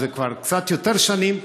וזה כבר קצת יותר שנים,